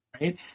Right